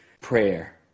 prayer